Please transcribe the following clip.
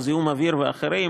כמו זיהום אוויר ואחרים